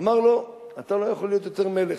אמר לו: אתה לא יכול להיות יותר מלך,